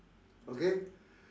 okay